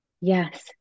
Yes